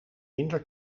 minder